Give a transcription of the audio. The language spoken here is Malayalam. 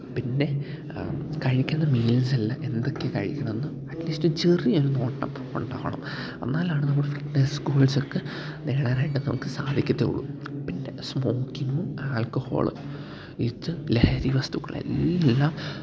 പിന്നെ കഴിക്കുന്ന മീൽസ് എല്ലാം എന്തെക്കെയാണ് കഴിക്കണം എന്ന് അറ്റ്ലീസ്റ്റ് ചെറിയ ഒരു നോട്ടപ്പ് ഉണ്ടാക്കണം എന്നാലാണ് നമ്മൾ ഫിറ്റ്നസ് കൂൾസൊക്കെ നേടാനായിട്ട് നമുക്ക് സാധിക്കത്തുള്ളൂ പിന്നെ സ്മോക്കിങ്ങും ആൽക്കഹോള് ഇത് ലഹരി വസ്തുക്കൾ എല്ലാം